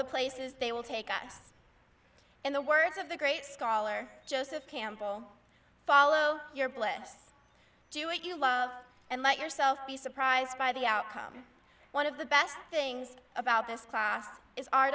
the places they will take us in the words of the great scholar joseph campbell follow your bliss do it you love and let yourself be surprised by the outcome one of the best things about this class is our